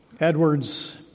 Edwards